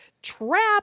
trapped